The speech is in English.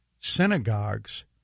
synagogues